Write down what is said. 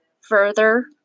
further